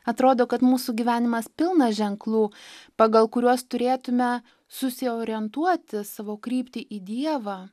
atrodo kad mūsų gyvenimas pilnas ženklų pagal kuriuos turėtume susiorientuoti savo kryptį į dievą